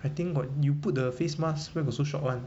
I think got you put the face mask where got so short [one]